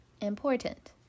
important